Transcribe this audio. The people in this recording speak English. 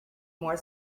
more